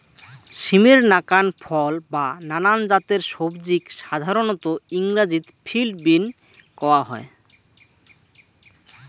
সিমের নাকান ফল বা নানান জাতের সবজিক সাধারণত ইংরাজিত ফিল্ড বীন কওয়া হয়